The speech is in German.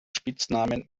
spitznamen